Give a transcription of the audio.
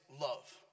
love